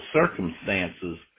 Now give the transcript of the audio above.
circumstances